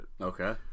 Okay